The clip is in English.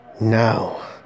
now